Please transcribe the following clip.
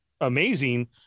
amazing